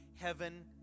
heaven